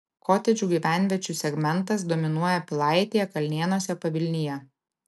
kotedžų gyvenviečių segmentas dominuoja pilaitėje kalnėnuose pavilnyje